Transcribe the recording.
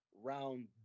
round